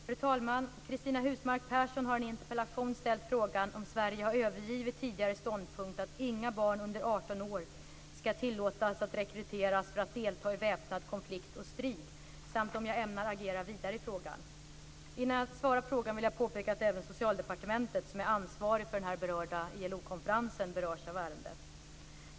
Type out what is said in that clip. Fru talman! Cristina Husmark Pehrsson har i en interpellation ställt frågan om Sverige har övergivit tidigare ståndpunkt att inga barn under 18 år ska tillåtas att rekryteras för att delta i väpnad konflikt och strid samt om jag ämnar agera vidare i frågan. Innan jag svarar på frågan vill jag påpeka att även Socialdepartementet, som är ansvarigt för den berörda ILO-konferensen, berörs av ärendet.